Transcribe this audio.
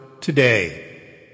today